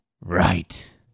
right